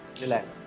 relax